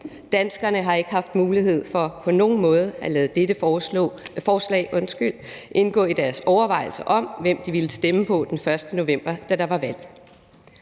Danskerne har ikke haft mulighed for på nogen måde at lade dette forslag indgå i deres overvejelser om, hvem de ville stemme på den 1. november, da der var valg.